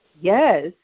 Yes